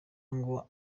ngo